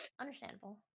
Understandable